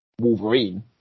Wolverine